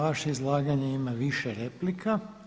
Na vaše izlaganje ima više replika.